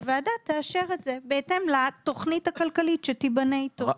הוועדה תאשר את זה בהתאם לתכנית הכלכלית שתיבנה איתו.